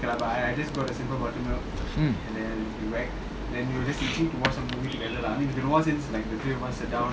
hm